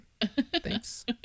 thanks